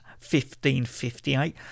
1558